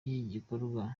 igikorwa